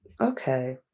Okay